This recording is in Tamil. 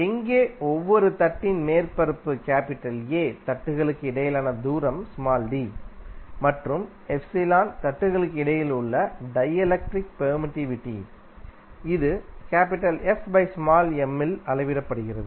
எங்கேஒவ்வொரு தட்டின் மேற்பரப்பு தட்டுகளுக்கு இடையிலான தூரம் மற்றும் தட்டுகளுக்கு இடையில் உள்ள டைஎலக்ட்ரிக் பெர்மிட்டிவிட்டி இது F m இல் அளவிடப்படுகிறது